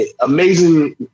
amazing